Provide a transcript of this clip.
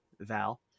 Val